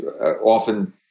often